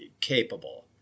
capable